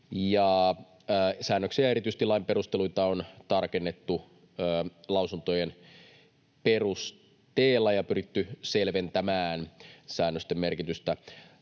Säännöksiä ja erityisesti lain perusteluita on tarkennettu lausuntojen perusteella ja pyritty selventämään säännösten merkitystä.